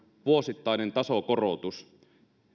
vuosittainen tasokorotus